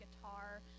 guitar